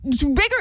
Bigger